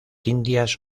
indias